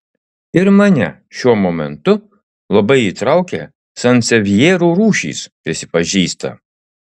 ir mane šiuo momentu labai įtraukė sansevjerų rūšys prisipažįsta